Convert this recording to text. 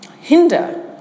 hinder